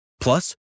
Plus